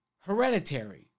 hereditary